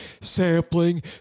sampling